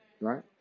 right